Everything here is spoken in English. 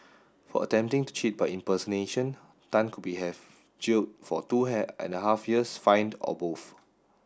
for attempting to cheat by impersonation Tan could be have jailed for two and a half years fined or both